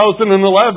2011